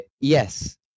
yes